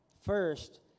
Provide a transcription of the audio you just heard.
first